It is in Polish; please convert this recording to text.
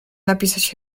napisać